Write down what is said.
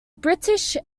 british